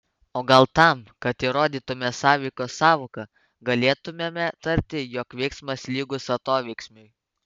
o gal tam kad įrodytume sąveikos sąvoką galėtumėme tarti jog veiksmas lygus atoveiksmiui